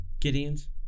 Gideon's